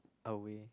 away